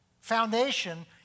foundation